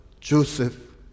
Joseph